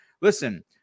listen